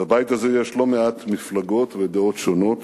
בבית הזה יש לא מעט מפלגות ודעות שונות,